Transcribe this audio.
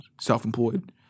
self-employed